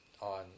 on